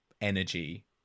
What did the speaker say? energy